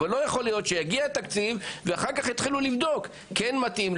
אבל לא יכול להיות שיגיע תקציב ואחר כך יתחילו לבדוק: כן מתאים,